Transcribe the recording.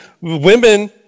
women